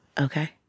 Okay